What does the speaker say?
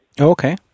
Okay